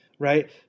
Right